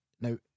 Now